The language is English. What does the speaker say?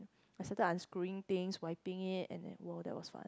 I started unscrewing things wiping it and then !wow! that was fun